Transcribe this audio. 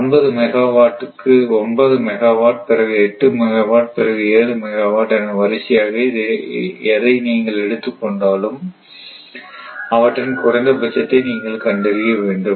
9 megawatt பிறகு 8 megawatt பிறகு 7 megawatt என வரிசையாக எதை எடுத்துக் கொண்டாலும் அவற்றின் குறைந்த பட்சத்தை நீங்கள் கண்டறிய வேண்டும்